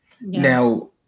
Now